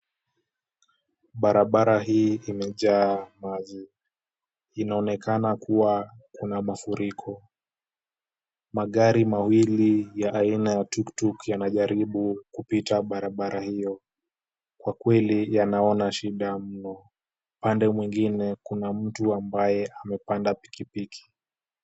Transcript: Barabara hii imejaa maji. Inaonekana kuwa kuna mafuriko. Magari mawili ya aina ya tuktuk yanajaribu kupita barabara hiyo. Kwa kweli yanaona shida mno. Upande mwengine kuna mtu ambaye amepanda pikipiki.